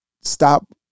Stop